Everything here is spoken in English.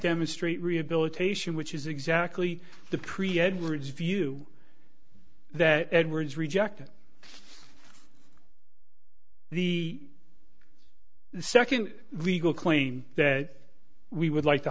demonstrate rehabilitation which is exactly the pre edwards view that edwards rejected the second legal claim that we would like to